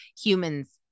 humans